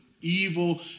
evil